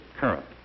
current